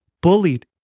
bullied